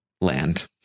land